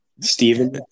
Steven